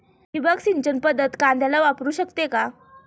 ठिबक सिंचन पद्धत कांद्याला वापरू शकते का?